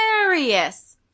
Hilarious